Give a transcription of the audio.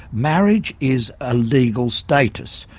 marriage is a legal status.